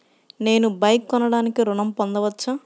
నేను బైక్ కొనటానికి ఋణం పొందవచ్చా?